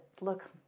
look